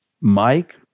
Mike